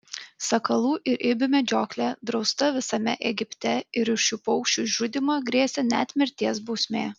sakalų ir ibių medžioklė drausta visame egipte ir už šių paukščių žudymą grėsė net mirties bausmė